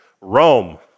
Rome